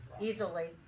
easily